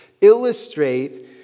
illustrate